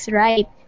right